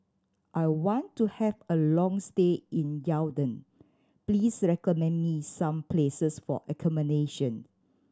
I want to have a long stay in Yaounde please recommend me some places for accommodation